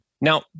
Now